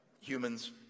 humans